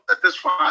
satisfied